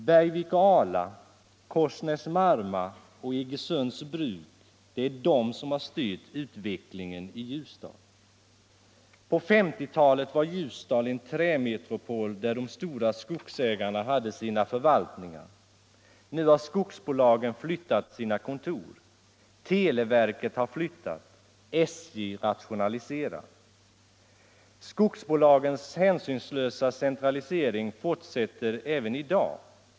Bergvik och Ala, Korsnäs-Marma och Iggesunds bruk har styrt utvecklingen i Ljusdal. På 1950-talet var Ljusdal en trämetropol där de stora skogsägarna hade sina förvaltningar. Nu har skogsbolagen flyttat sina kontor, televerket har flyttat, SJ rationaliserar. Skogsbolagens hänsynslösa centralisering fortsätter även i dag.